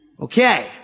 Okay